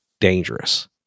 dangerous